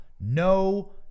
no